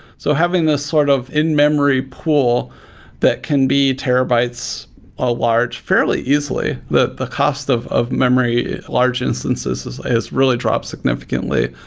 so having this sort of in-memory pool that can be terabytes ah large, fairly easily, that the cost of of memory, large instances, has really dropped significantly.